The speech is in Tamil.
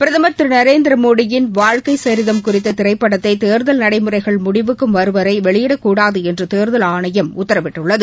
பிரதமர் திரு நரேந்திரமோடியின் வாழ்க்கை சரிதம் குறித்த திரைப்படத்தை தேர்தல் நடைமுறைகள் முடிவுக்கு வரும்வரை வெளியிடக்கூடாது என்று தேர்தல் ஆணையம் உத்தரவிட்டுள்ளது